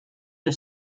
the